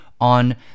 on